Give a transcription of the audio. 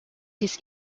his